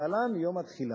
להלן: יום התחילה,